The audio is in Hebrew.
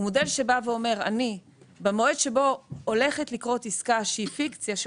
הוא מודל שבא ואומר אני במועד שבו הולכת לקרות עסקה שהיא פיקציה,